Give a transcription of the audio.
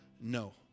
no